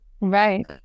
Right